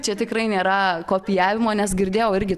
čia tikrai nėra kopijavimo nes girdėjau irgi